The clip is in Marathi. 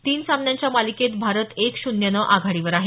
तीन सामन्यांच्या मालिकेत भारत एक शून्यनं आघाडीवर आहे